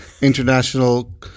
international